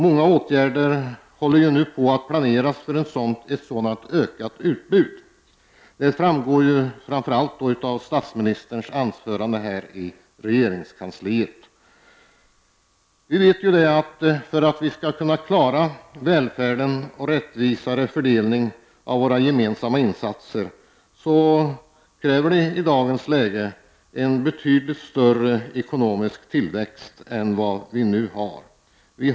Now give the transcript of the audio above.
Många åtgärder planeras nu för ett sådant ökat utbud; det framgår framför allt av vad statsministern anförde här i dag i regeringsförklaringen. För att vi skall kunna klara välfärd och rättvisare fördelning av våra gemensamma insatser krävs i dagens läge en betydligt större ekonomisk tillväxt än vad vi nu har i Sverige.